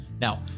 Now